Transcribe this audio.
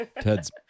Ted's